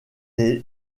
est